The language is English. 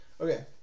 Okay